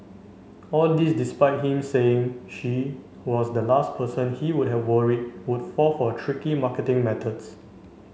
all this despite him saying she was the last person he would have worried would fall for tricky marketing methods